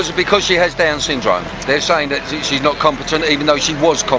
because she has down's syndrome. they're saying that she's not competent even though she was um